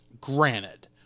Granted